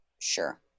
sure